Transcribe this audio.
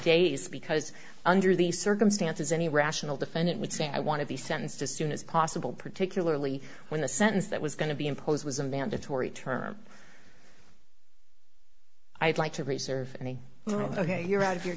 days because under the circumstances any rational defendant would say i want to be sentenced as soon as possible particularly when the sentence that was going to be imposed was a mandatory term i'd like to reserve any room ok you're out of your